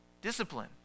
discipline